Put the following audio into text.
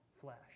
flesh